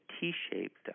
T-shaped